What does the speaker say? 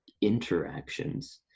interactions